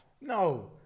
No